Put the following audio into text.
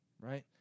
right